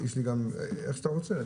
איך שאתה רוצה.